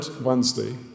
Wednesday